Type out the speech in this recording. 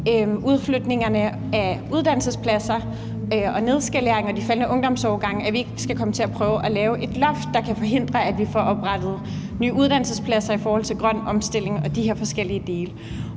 udflytningerne af uddannelsespladser og nedskalering og de faldende ungdomsårgange ikke kommer til at lave et loft, der kan forhindre, at vi får oprettet nye uddannelsespladser i forhold til den grønne omstilling og de her forskellige dele.